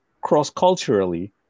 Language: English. cross-culturally